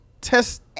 test